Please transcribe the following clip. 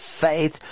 faith